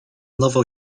nowo